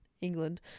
england